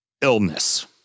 illness